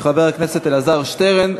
של חבר הכנסת אלעזר שטרן,